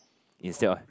instead of